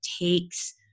takes